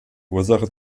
ursache